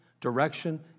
Direction